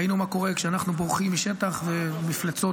ראינו מה קורה כשאנחנו בורחים משטח ומפלצות